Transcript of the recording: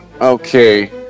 Okay